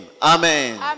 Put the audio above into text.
Amen